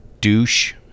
douche